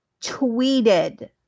tweeted